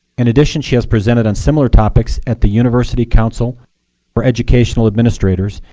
in addition, she has presented on similar topics at the university council for educational administrators,